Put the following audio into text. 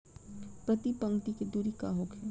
प्रति पंक्ति के दूरी का होखे?